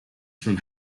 from